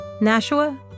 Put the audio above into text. Nashua